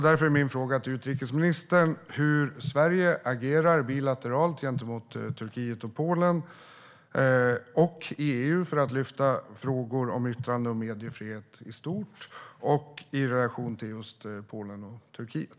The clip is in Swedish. Därför är min fråga till utrikesministern hur Sverige agerar bilateralt, gentemot Turkiet och Polen, och i EU för att lyfta fram frågor om yttrande och mediefrihet i stort och i relation till just Polen och Turkiet.